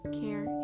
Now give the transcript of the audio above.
care